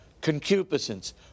concupiscence